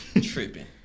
Tripping